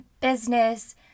business